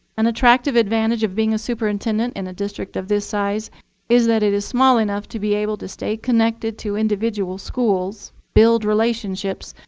an attractive advantage of being a superintendent in a district of this size is that it is small enough to be able to stay connected to individual schools, build relationships,